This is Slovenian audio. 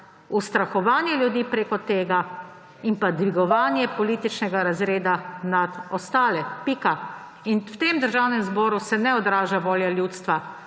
ustrahovanje ljudi prek tega in dvigovanje političnega razreda nad ostale. Pika. V tem državnem zboru se ne odraža volja ljudstva,